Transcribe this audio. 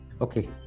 Okay